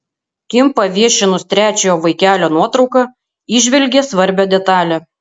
kim paviešinus trečiojo vaikelio nuotrauką įžvelgė svarbią detalę